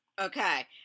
Okay